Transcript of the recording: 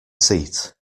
seat